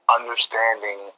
understanding